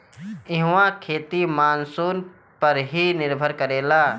इहवा खेती मानसून पअ ही निर्भर करेला